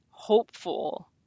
hopeful